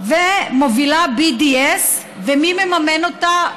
ומובילה BDS. ומי מממן אותה?